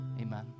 amen